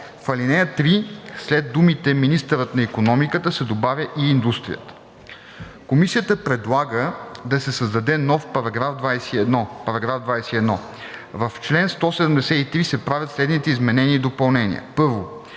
В ал. 3 след думите „Министърът на икономиката“ се добавя „и индустрията“.“ Комисията предлага да се създаде нов § 21: „§ 21. В чл. 173 се правят следните изменения и допълнения: 1.